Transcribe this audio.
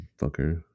fucker